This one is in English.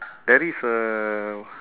there is a